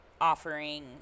offering